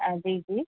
हा जी जी